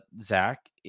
Zach